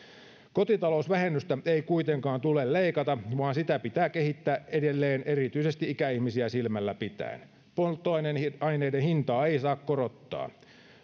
kotitalousvähennystä ei kuitenkaan tule leikata vaan sitä pitää kehittää edelleen erityisesti ikäihmisiä silmällä pitäen polttoaineaineiden hintaa ei saa korottaa